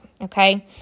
okay